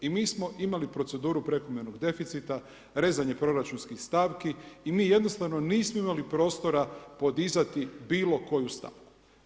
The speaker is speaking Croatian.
I mi smo imali proceduru prekomjernog deficita, rezanje proračunskih stavki i mi jednostavno nismo imali prostora podizati bilo koju stavku.